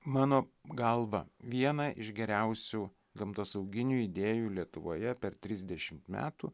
mano galva vieną iš geriausių gamtosauginių idėjų lietuvoje per trisdešimt metų